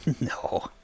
No